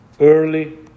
Early